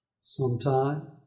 Sometime